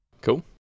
Cool